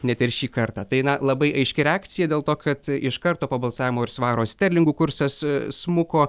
net ir šį kartą tai na labai aiški reakcija dėl to kad iš karto po balsavimo ir svaro sterlingų kursas smuko